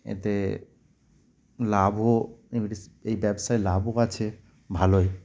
এতে লাভও এ এই ব্যবসায় লাভও আছে ভালোই